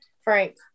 Frank